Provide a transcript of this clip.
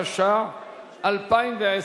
התש"ע 2010,